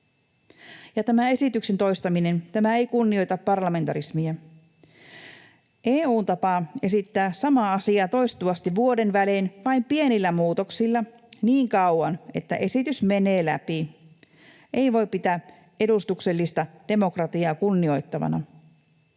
Tämä esityksen toistaminen ei kunnioita parlamentarismia. EU:n tapaa esittää samaa asiaa toistuvasti vuoden välein vain pienillä muutoksilla niin kauan, että esitys menee läpi, ei voi pitää edustuksellista demokratiaa kunnioittavana,